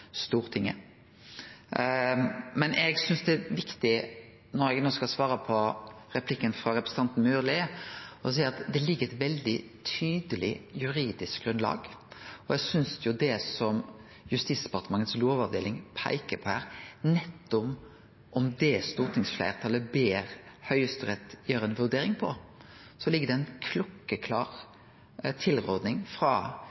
Eg synest det er viktig å seie, når eg no skal svare på replikken frå representanten Myrli, at det ligg eit veldig tydeleg juridisk grunnlag. Eg synest at i det som Justisdepartementets lovavdeling peiker på her om det stortingsfleirtalet ber Høgsterett gjere ei vurdering av, ligg det ei klokkeklar